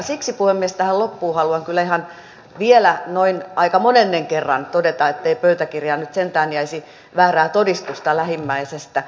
siksi puhemies tähän loppuun haluan vielä noin aika monennen kerran todeta ettei pöytäkirjaan nyt sentään jäisi väärää todistusta lähimmäisestä